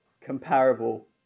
comparable